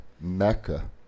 Mecca